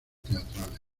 teatrales